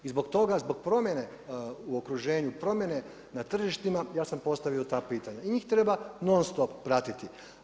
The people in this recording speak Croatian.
I zbog toga, zbog promjene u okruženju, promjene na tržištima ja sam postavio ta pitanja i njih treba non-stop pratiti.